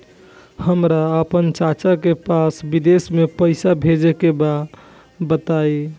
हमरा आपन चाचा के पास विदेश में पइसा भेजे के बा बताई